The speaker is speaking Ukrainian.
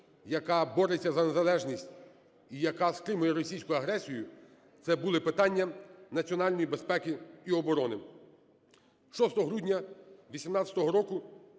яка бореться за незалежність і яка стримує російську агресію, це були питання національної безпеки і оборони. 6 грудня 18-го року